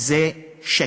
זה שקר.